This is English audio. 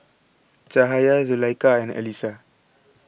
Cahaya Zulaikha and Alyssa